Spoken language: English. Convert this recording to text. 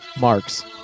marks